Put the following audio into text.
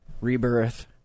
rebirth